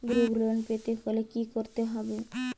Group loan পেতে হলে কি করতে হবে?